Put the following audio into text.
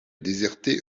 déserté